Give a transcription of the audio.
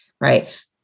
right